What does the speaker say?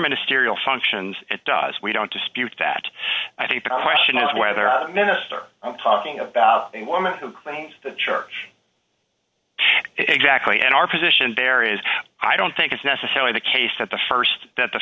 ministerial functions it does we don't dispute that i think the question is whether a minister i'm talking about a woman who claims the church exactly and our position there is i don't think it's necessarily the case that the st th